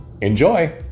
Enjoy